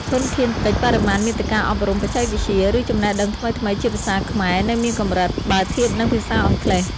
ធនធានតិច បរិមាណមាតិកាអប់រំ បច្ចេកវិទ្យា ឬចំណេះដឹងថ្មីៗជាភាសាខ្មែរនៅមានកម្រិតបើធៀបនឹងភាសាអង់គ្លេស។